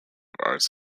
arts